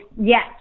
yes